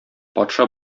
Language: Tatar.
патша